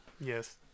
yes